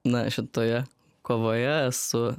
na šitoje kovoje esu